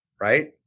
right